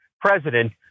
president